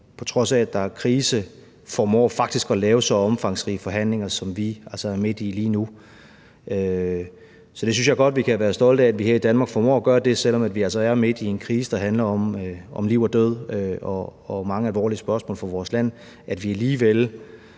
som faktisk formår at lave så omfangsrige forhandlinger, som vi er midt i lige nu, på trods af at der er krise. Så jeg synes godt, vi kan være stolte af, at vi her i Danmark formår at gøre det, selv om vi altså er midt i en krise, der handler om liv og død og mange alvorlige spørgsmål for vores land – altså at vi alligevel